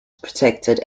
protected